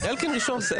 אלקין ראשון.